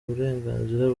burenganzira